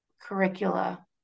curricula